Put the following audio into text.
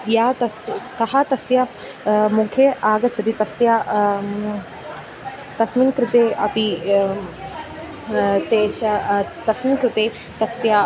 या तस्य कः तस्य मुखे आगच्छति तस्य तस्मिन् कृते अपि तेषां तस्मिन् कृते तस्य